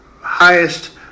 highest